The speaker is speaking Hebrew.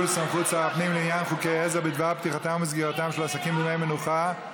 סמכות שר הפנים לעניין חוקי עזר בדבר פתיחתם וסגירתם של עסקים בימי מנוחה),